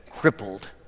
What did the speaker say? crippled